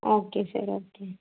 okay sir okay